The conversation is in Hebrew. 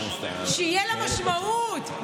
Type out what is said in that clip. שתהיה לה משמעות,